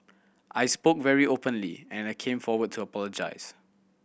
I spoke very openly and I came forward to apologise